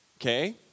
Okay